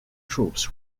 troops